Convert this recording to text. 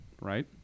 right